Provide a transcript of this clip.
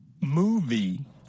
Movie